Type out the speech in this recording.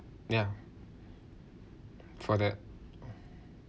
yeah for that